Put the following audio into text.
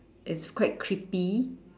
it's quite creepy